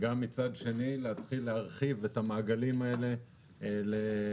גם מצד שני להתחיל להרחיב את המעגלים האלה לאוטובוסים.